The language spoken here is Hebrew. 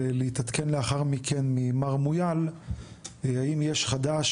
ולהתעדכן לאחר מכן ממר מויאל האם יש חדש